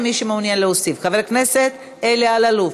מי שמעוניין להוסיף: חבר הכנסת אלי אלאלוף,